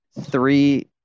three